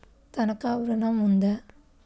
తనఖా ఋణం ఉందా?